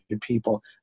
people